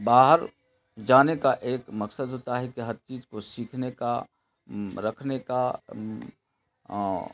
باہر جانے کا ایک مقصد ہوتا ہے کہ ہر چیز کو سیکھنے کا رکھنے کا